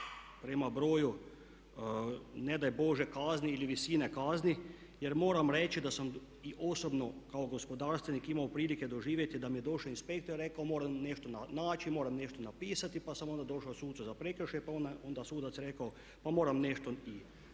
prema broju, ne daj Bože, kazni ili visine kazni. Jer moram reći da sam i osobno kao gospodarstvenik imao prilike doživjeti da mi je došao inspektor i rekao moram nešto naći, moram nešto napisati pa sam onda došao sucu za prekršaje pa je onda sudac rekao pa moram nešto sankcionirati.